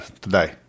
today